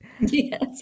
Yes